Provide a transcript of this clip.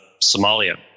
Somalia